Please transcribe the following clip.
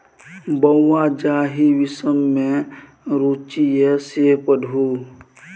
बौंआ जाहि विषम मे रुचि यै सैह पढ़ु